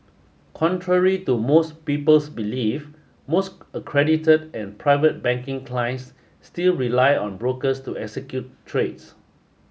contrary to most people's belief most accredited and private banking clients still rely on brokers to execute trades